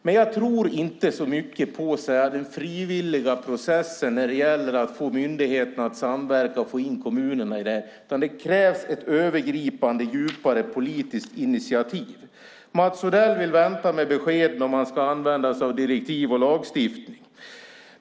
Däremot tror jag inte så mycket på den frivilliga processen när det gäller att få myndigheterna att samverka och att få in kommunerna i detta, utan det krävs ett övergripande djupare politiskt initiativ. Mats Odell vill vänta med besked när det gäller att använda sig av direktiv och lagstiftning.